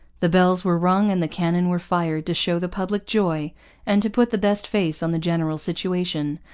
the bells were rung and the cannon were fired to show the public joy and to put the best face on the general situation.